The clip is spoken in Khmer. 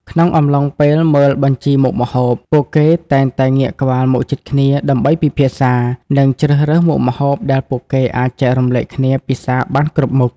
ក្នុងអំឡុងពេលមើលបញ្ជីមុខម្ហូប ពួកគេតែងតែងាកក្បាលមកជិតគ្នា ដើម្បីពិភាក្សា និងជ្រើសរើសមុខម្ហូបដែលពួកគេអាចចែករំលែកគ្នាពិសារបានគ្រប់មុខ។